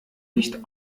nicht